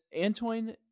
Antoine